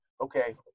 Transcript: okay